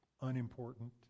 unimportant